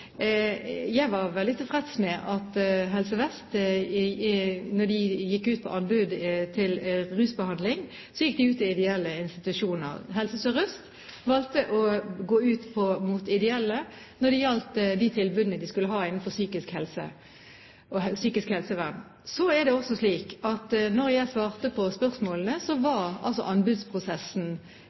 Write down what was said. Jeg var veldig tilfreds med at Helse Vest, da de gikk ut med anbud til rusbehandling, gikk ut til ideelle institusjoner. Helse Sør-Øst valgte å gå ut mot ideelle når det gjaldt de tilbudene de skulle ha innenfor psykisk helsevern. Så er det også slik at da jeg svarte på spørsmålene, var anbudsprosessen